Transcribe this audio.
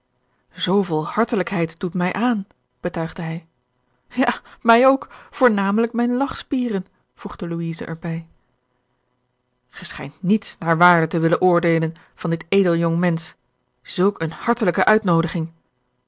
hartelijkheid doet mij aan betuigde hij ja mij ook voornamelijk mijne lachspieren voegde louise er bij george een ongeluksvogel gij schijnt niets naar waarde te willen beoordeelen van dit edel jong mensch zulk eene hartelijke